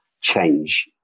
change